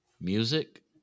music